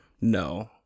No